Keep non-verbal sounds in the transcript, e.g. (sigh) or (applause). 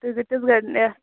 تُہُۍ (unintelligible)